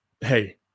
Hey